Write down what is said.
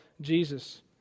Jesus